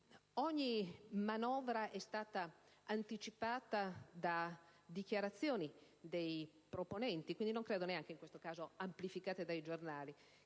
Ogni manovra è stata anticipata da dichiarazioni dei proponenti - neanche in questo caso credo amplificate dai giornali